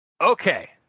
Okay